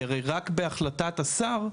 כי הרי רק בהחלטת השר,